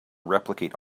replicate